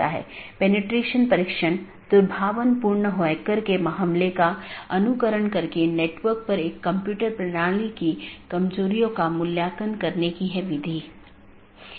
कुछ और अवधारणाएं हैं एक राउटिंग पॉलिसी जो महत्वपूर्ण है जोकि नेटवर्क के माध्यम से डेटा पैकेट के प्रवाह को बाधित करने वाले नियमों का सेट है